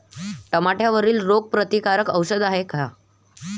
टमाट्यावरील रोग प्रतीकारक औषध हाये का?